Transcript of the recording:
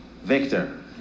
Victor